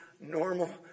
normal